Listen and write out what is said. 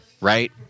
Right